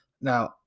Now